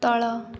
ତଳ